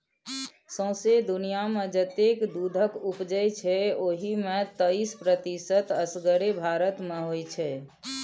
सौंसे दुनियाँमे जतेक दुधक उपजै छै ओहि मे तैइस प्रतिशत असगरे भारत मे होइ छै